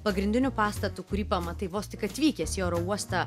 pagrindiniu pastatu kurį pamatai vos tik atvykęs į oro uostą